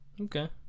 Okay